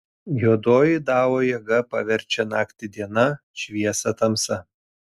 juodoji dao jėga paverčia naktį diena šviesą tamsa